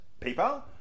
PayPal